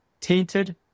tainted